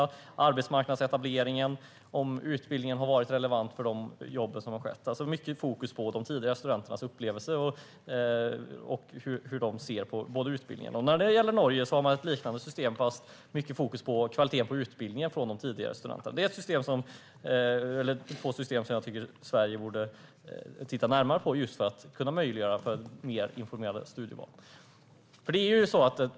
Man får information om arbetsmarknadsetableringen och om utbildningen har varit relevant för de jobb som studenterna har fått. Stort fokus ligger på tidigare studenters upplevelser och hur de ser på utbildningarna. Norge har ett liknande system, där fokus ligger på hur tidigare studenter ser på kvaliteten på utbildningen. Dessa båda system borde Sverige titta närmare på för att möjliggöra mer informerade studieval.